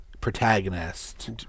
protagonist